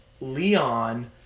Leon